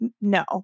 No